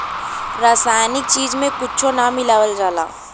रासायनिक चीज में कुच्छो ना मिलावल जाला